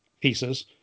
pieces